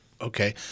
Okay